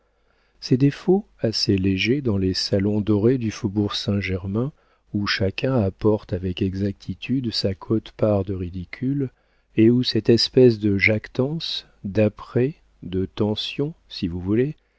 ces défauts assez légers dans les salons dorés du faubourg saint-germain où chacun apporte avec exactitude sa quote part de ridicules et où cette espèce de jactance d'apprêt de tension si vous voulez